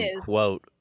quote